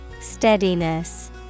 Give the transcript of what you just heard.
Steadiness